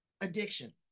addiction